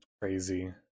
crazy